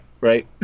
Right